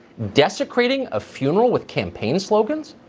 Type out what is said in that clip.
desecrating a funeral with campaign slogans?